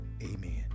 Amen